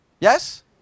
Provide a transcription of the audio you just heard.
Yes